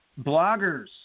bloggers